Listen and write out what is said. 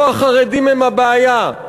לא החרדים הם הבעיה,